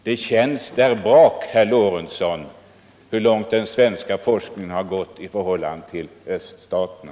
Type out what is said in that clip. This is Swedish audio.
Det känns där bak, herr Lorentzon, hur långt den svenska forskningen har kommit i förhållande till öststaterna.